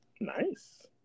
Nice